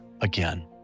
again